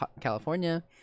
California